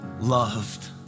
loved